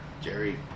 Jerry